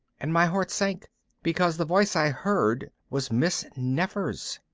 and my heart sank because the voice i heard was miss nefer's.